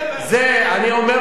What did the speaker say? זה אני אומר לך,